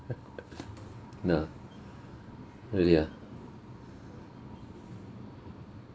nah really ah